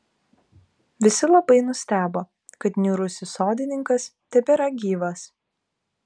visi labai nustebo kad niūrusis sodininkas tebėra gyvas